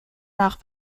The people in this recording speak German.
nach